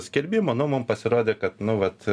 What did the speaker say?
skelbimų nu mum pasirodė kad nu vat